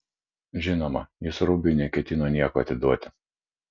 žinoma jis rubiui neketino nieko atiduoti